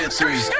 Three